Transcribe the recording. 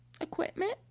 equipment